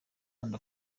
kandi